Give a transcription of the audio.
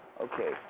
Okay